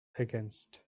ergänzt